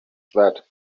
that